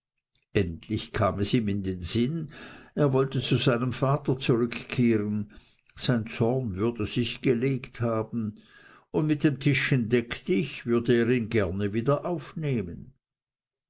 endlich kam es ihm in den sinn er wollte zu seinem vater zurückkehren sein zorn würde sich gelegt haben und mit dem tischchen deck dich würde er ihn gerne wieder aufnehmen